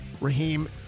Raheem